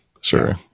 Sure